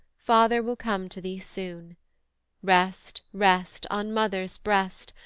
father will come to thee soon rest, rest, on mother's breast,